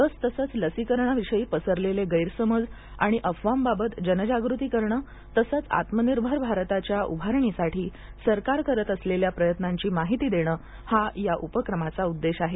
लस तसंच लसीकरणाविषयी पसरलेले गैरसमज आणि अफवांबाबत जनजागृती करणं तसंच आत्मनिर्भर भारताच्या उभारणीसाठी सरकार करत असलेल्या प्रयत्नांची माहिती देणं हा या उपक्रमाचा उद्देश आहे